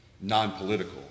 non-political